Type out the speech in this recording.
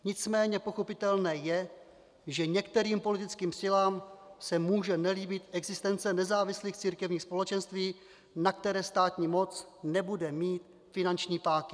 Nicméně pochopitelné je, že některým politickým silám se může nelíbit existence nezávislých církevních společenství, na které státní moc nebude mít finanční páky.